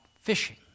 fishing